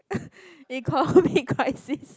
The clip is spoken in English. economic crisis